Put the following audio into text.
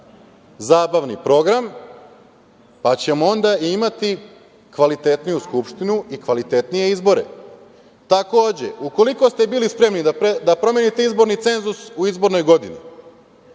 zabavni program, pa ćemo onda imati kvalitetniju Skupštinu i kvalitetnije izbore. Takođe, ukoliko ste bili spremni da promenite izborni cenzus u izbornoj godini,